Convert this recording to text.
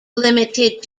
limited